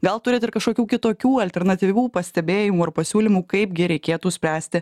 gal turit ir kažkokių kitokių alternatyvių pastebėjimų ar pasiūlymų kaipgi reikėtų spręsti